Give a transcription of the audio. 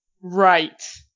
Right